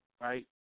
Right